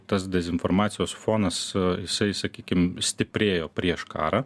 tas dezinformacijos fonas jisai sakykim stiprėjo prieš karą